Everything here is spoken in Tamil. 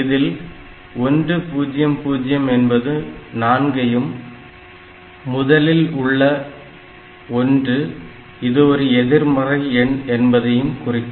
இதில் 100 என்பது 4 ஐ யும் முதலில் உள்ள 1 இது ஒரு எதிர்மறை எண் என்பதையும் குறிக்கும்